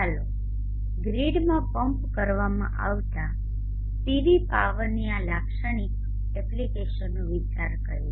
ચાલો ગ્રીડમાં પમ્પ કરવામાં આવતા PV પાવરની આ લાક્ષણિક એપ્લિકેશનનો વિચાર કરીએ